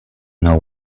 know